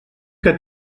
que